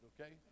okay